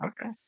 Okay